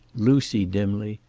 lucy dimly,